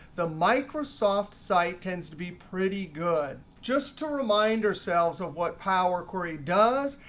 the microsoft site tends to be pretty good. just to remind ourselves of what power query does,